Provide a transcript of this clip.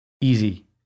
easy